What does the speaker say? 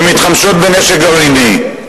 ומתחמשות בנשק גרעיני.